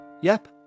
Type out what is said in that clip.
Yep